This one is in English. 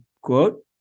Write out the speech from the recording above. quote